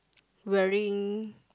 wearing